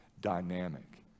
dynamic